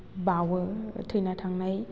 बावो थैना थांनाय